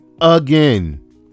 again